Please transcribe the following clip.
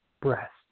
breast